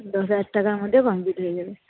দশ হাজার টাকার মধ্যে কমপ্লিট হয়ে যাবে